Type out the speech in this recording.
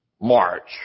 March